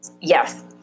Yes